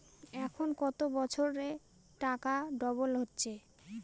এখন কত বছরে টাকা ডবল হচ্ছে?